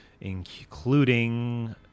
including